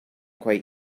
quite